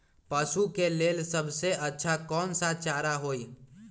पशु के लेल सबसे अच्छा कौन सा चारा होई?